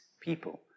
people